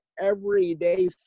everyday